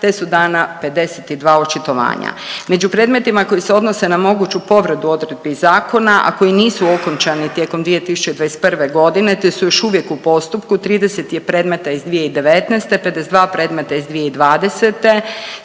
te su dana 52 očitovanja. Među predmetima koji se odnose na moguću povredu odredbi zakona, ako koji nisu okončane tijekom 2021. godine te su još uvijek u postupku 30 je predmeta iz 2019., 52 predmeta iz 2020.,